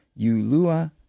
Yulua